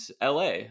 LA